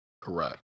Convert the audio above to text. Correct